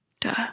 Duh